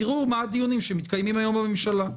תראו מה הדיונים שמתקיימים היום בממשלה.